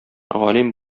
галим